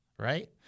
Right